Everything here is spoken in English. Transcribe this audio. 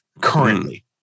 currently